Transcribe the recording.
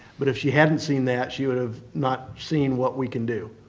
but if she hadn't seen that, she would have not seen what we can do.